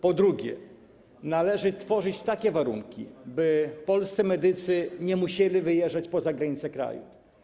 Po drugie, należy tworzyć takie warunki, by polscy medycy nie musieli wyjeżdżać poza granice kraju.